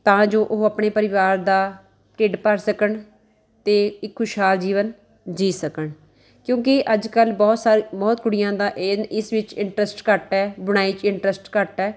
ਤਾਂ ਜੋ ਉਹ ਆਪਣੇ ਪਰਿਵਾਰ ਦਾ ਢਿੱਡ ਭਰ ਸਕਣ ਅਤੇ ਇੱਕ ਖੁਸ਼ਹਾਲ ਜੀਵਨ ਜੀ ਸਕਣ ਕਿਉਂਕਿ ਅੱਜ ਕੱਲ੍ਹ ਬਹੁਤ ਸਾਰੇ ਬਹੁਤ ਕੁੜੀਆਂ ਦਾ ਇਹ ਇਸ ਵਿੱਚ ਇੰਟਰੱਸਟ ਘੱਟ ਹੈ ਬੁਣਾਈ 'ਚ ਇੰਟਰੱਸਟ ਘੱਟ ਹੈ